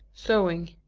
sewing.